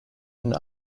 and